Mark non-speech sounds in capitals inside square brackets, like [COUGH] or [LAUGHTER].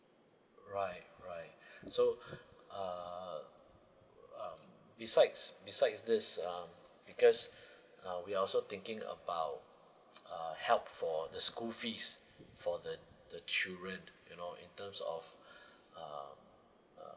right right [BREATH] so [BREATH] uh uh besides besides this uh because uh we're also thinking about [NOISE] uh help for the school fees for the the children you know in terms of [BREATH] um uh